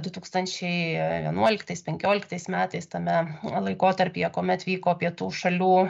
du tūkstančiai vienuoliktas penkioliktais metais tame laikotarpyje kuomet vyko pietų šalių